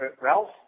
Ralph